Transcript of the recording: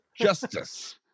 Justice